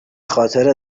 خاطر